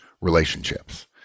relationships